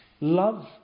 Love